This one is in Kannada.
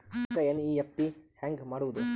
ರೊಕ್ಕ ಎನ್.ಇ.ಎಫ್.ಟಿ ಹ್ಯಾಂಗ್ ಮಾಡುವುದು?